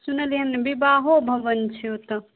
सुनलिए हँ विवाहो भवन छै ओतऽ